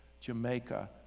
Jamaica